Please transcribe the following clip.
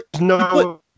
no